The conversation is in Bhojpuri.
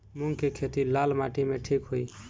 मूंग के खेती लाल माटी मे ठिक होई?